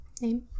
Name